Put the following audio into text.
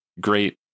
great